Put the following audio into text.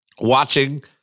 watching